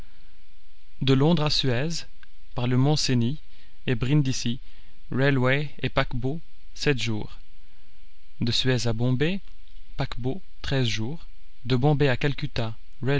de londres à suez par le mont-cenis et brindisi railways et paquebot sept jours de suez à bombay paquebot treize jours de bombay à calcutta